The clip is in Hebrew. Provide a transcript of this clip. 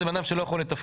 זה בן אדם שלא יכול לתפקד,